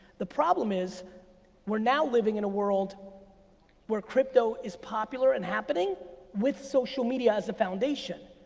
the problem is we're now living in a world where crypto is popular and happening with social media as the foundation.